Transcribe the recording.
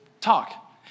talk